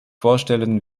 vorstellen